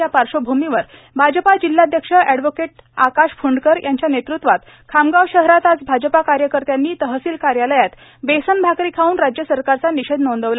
या पार्श्वभूमीवर भाजपा जिल्हाध्यक्ष अष्ठ आकाश फुंडकर यांच्या नेतृत्वात खामगाव शहरात आज भाजपा कार्यकर्त्यांनी तहसील कार्यालयात बेसन भाकरी खाऊन राज्य सरकारचा निषेध नोंदवला